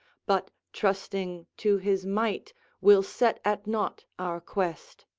but trusting to his might will set at nought our quest.